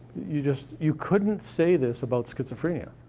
you just, you couldn't say this about schizophrenia.